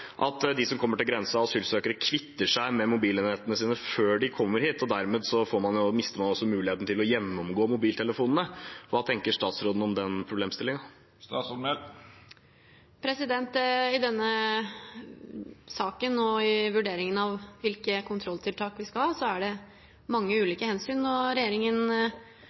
at asylsøkere som kommer til grensen, kvitter seg med mobilenhetene sine før de kommer hit. Dermed mister man også muligheten til å gjennomgå mobiltelefonene. Hva tenker statsråden om den problemstillingen? I denne saken og i vurderingen av hvilke kontrolltiltak vi skal ha, er det mange ulike hensyn, og regjeringen